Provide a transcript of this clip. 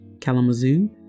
Kalamazoo